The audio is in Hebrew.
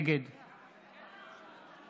נגד